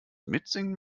mitsingen